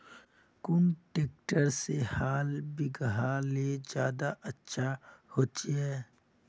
कुन ट्रैक्टर से हाल बिगहा ले ज्यादा अच्छा होचए?